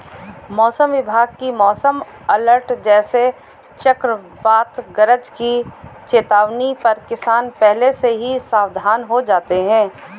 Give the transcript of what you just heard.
मौसम विभाग की मौसम अलर्ट जैसे चक्रवात गरज की चेतावनी पर किसान पहले से ही सावधान हो जाते हैं